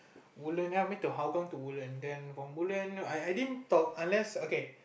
Woodland then I make to Hougang to Woodland then from Woodland I I didn't talk unless okay